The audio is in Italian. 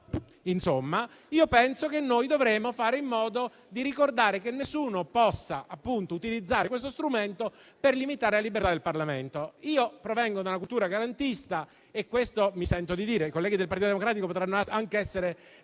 ne siano - noi dovremmo fare in modo di ricordare che nessuno può utilizzare questo strumento per limitare la libertà del Parlamento. Io provengo da una cultura garantista e questo mi sento di dire. I colleghi del Partito Democratico potranno anche essere